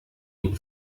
ihn